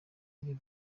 yavuye